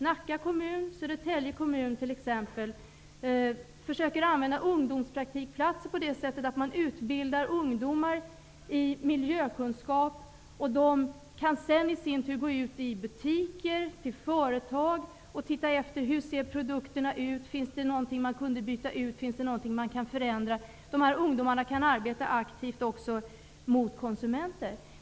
T.ex. Nacka kommun och Södertälje kommun använder ungdomspraktikplatser så att man utbildar ungdomar i miljökunskap. Ungdomarna kan sedan gå ut i butiker och företag och titta efter hur produkterna ser ut, om det finns någonting som kan bytas ut eller förändras. Dessa ungdomar kan också arbeta aktivt gentemot konsumenter.